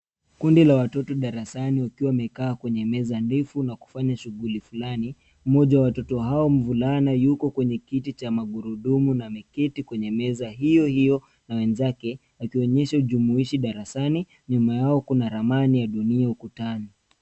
Kundi la watoto darasani wakiwa wamekaa kwenye meza ndefu na kufanya shughuli fulani. Mmoja wa watoto hao, mvulana, yuko kwenye kiti cha magurudumu na ameketi kwenye meza hiyo hiyo na wenzake akionyesha ujumuishi darasani. Nyuma yao kuna ramani ya dunia ukutani.